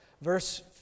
Verse